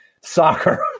soccer